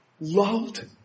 loved